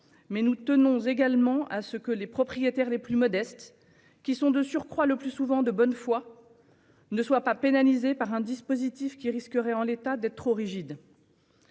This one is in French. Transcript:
mais nous tenons également à ce que les propriétaires les plus modestes, qui sont, de surcroît, le plus souvent de bonne foi, ne soient pas pénalisés par un dispositif qui risquerait, en l'état, d'être trop rigide.